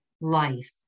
life